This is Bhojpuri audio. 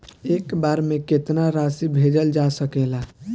एक बार में केतना राशि भेजल जा सकेला?